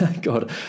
God